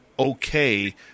okay